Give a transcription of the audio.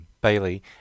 Bailey